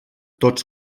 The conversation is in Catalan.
tots